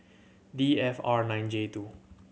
D F R nine J two